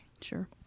Sure